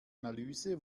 analyse